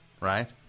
right